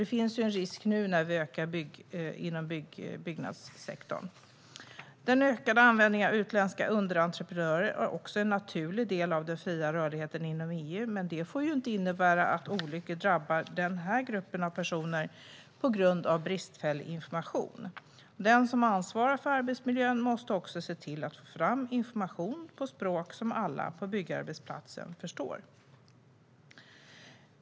Det finns nu en risk när vi ökar inom byggnadssektorn. Den ökade användningen av utländska underentreprenörer är en naturlig del av den fria rörligheten inom EU. Men det får inte innebära att olyckor drabbar denna grupp av personer på grund av bristfällig information. Den som ansvarar för arbetsmiljön måste se till att få fram information på språk som alla på byggarbetsplatsen förstår.